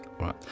right